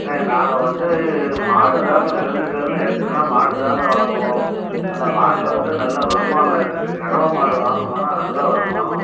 ங்க நாங்கள் வந்து மாடு தாங்க விலங்குகள்ன்னு எடுத்துக்குனா மாடு தாங்க வாங்குவோம் அந்த மாட்டில் வந்து நல்ல வருமானம் இருக்கு கறவை மாடு வாங்குனோமுன்னா நல்ல வருமானம்